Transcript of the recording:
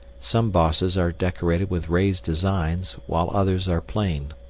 some bosses are decorated with raised designs while others are plain.